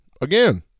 again